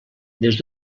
des